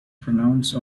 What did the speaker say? pronounce